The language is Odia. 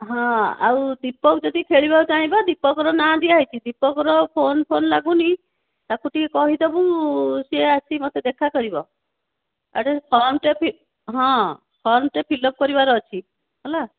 ହଁ ଆଉ ଦୀପକ ଯଦି ଖେଳିବାକୁ ଚାହିଁବ ଦୀପକର ନାଁ ଦିଆହୋଇଛି ଦୀପକର ଫୋନ୍ ଫୋନ୍ ଲାଗୁନି ତାକୁ ଟିକିଏ କହିଦେବୁ ସେ ଆସି ମୋତେ ଦେଖା କରିବ ଆର ଫର୍ମ୍ଟେ ହଁ ଫର୍ମ୍ଟେ ଫିଲ୍ ଅପ୍ କରିବାର ଅଛି ହେଲା